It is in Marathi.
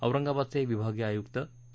औरंगाबादचे विभागीय आयुक्त पी